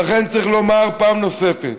לכן, צריך לומר פעם נוספת,